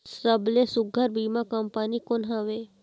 सबले सुघ्घर बीमा कंपनी कोन हवे?